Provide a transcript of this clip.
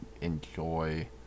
enjoy